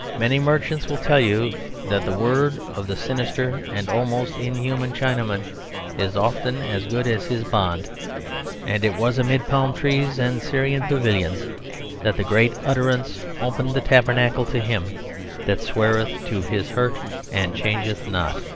many merchants will tell you that the word of the sinister and almost unhuman chinaman is often as good as his bond and it was amid palm trees and syrian pavilions that the great utterance opened the tabernacle, to him that sweareth to his hurt and changeth not.